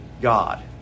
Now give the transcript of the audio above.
God